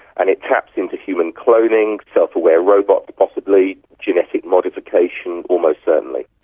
and it taps into human cloning, self-aware robots possibly, genetic modification almost certainly.